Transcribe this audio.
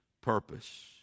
purpose